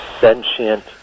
sentient